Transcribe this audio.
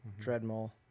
treadmill